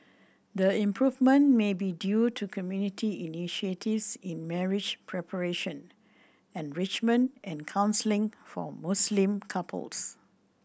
the improvement may be due to community initiatives in marriage preparation enrichment and counselling for Muslim couples